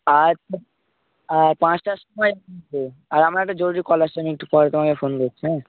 আচ্ছা আর পাঁচটার সময় আর আমার একটা জরুরি কল আসছে আমি একটু পরে তোমাকে ফোন করছি হ্যাঁ